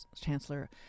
chancellor